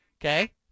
Okay